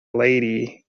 lady